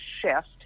shift